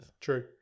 true